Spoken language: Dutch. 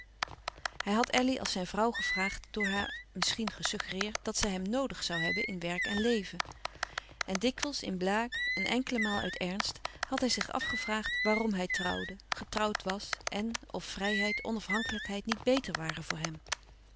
hij had elly als zijn vrouw gevraagd door haar misschien gesuggereerd dat zij hem noodig zoû hebben in werk en leven en dikwijls in blague een enkele maal uit ernst had hij zich afgevraagd waarom hij trouwde getrouwd was en of vrijheid onafhankelijkheid niet beter waren voor hem